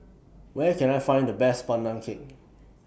Where Can I Find The Best Pandan Cake